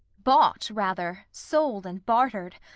bought rather, sold and bartered,